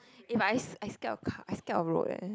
eh but I s~ I scared of car I scared of road eh